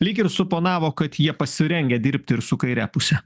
lyg ir suponavo kad jie pasirengę dirbti ir su kaire puse